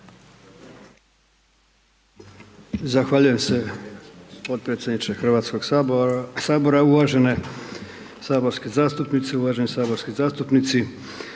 Zahvaljujem se potpredsjedniče HS-a, uvažene saborske zastupnice, uvaženi saborski zastupnici.